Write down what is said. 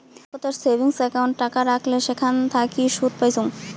ব্যাংকোতের savings account টাকা রাখলে সেখান থাকি সুদ পাইচুঙ